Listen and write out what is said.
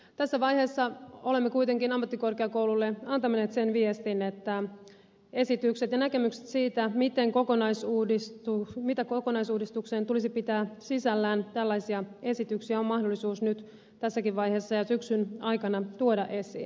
tässä vaiheessa olemme kuitenkin ammattikorkeakoululle antaneet sen viestin että esityksiä ja näkemyksiä siitä mitä kokonaisuudistuksen tulisi pitää sisällään on mahdollisuus nyt tässäkin vaiheessa ja syksyn aikana tuoda esiin